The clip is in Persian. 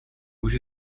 هوش